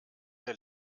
der